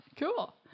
Cool